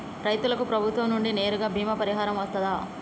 రైతులకు ప్రభుత్వం నుండి నేరుగా బీమా పరిహారం వత్తదా?